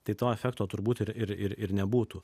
tai to efekto turbūt ir ir ir nebūtų